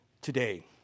today